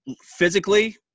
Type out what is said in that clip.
physically